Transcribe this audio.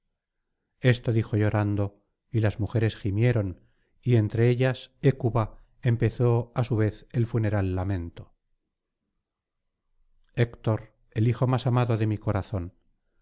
esto dijo llorando y las mujeres gimieron y entre ellas hécuba empezó á su vez el funeral lamento héctor el hijo más amado de mi corazón